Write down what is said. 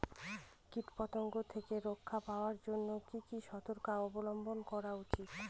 কীটপতঙ্গ থেকে রক্ষা পাওয়ার জন্য কি কি সর্তকতা অবলম্বন করা উচিৎ?